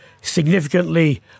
significantly